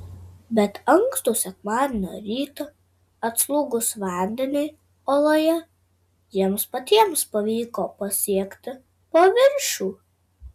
bet ankstų sekmadienio rytą atslūgus vandeniui oloje jiems patiems pavyko pasiekti paviršių